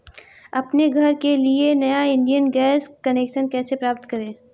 अपने घर के लिए नया इंडियन गैस कनेक्शन कैसे प्राप्त करें?